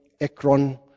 Ekron